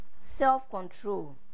self-control